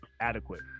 Adequate